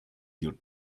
your